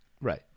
Right